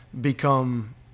become